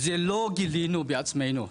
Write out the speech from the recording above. לא גילינו בעצמנו,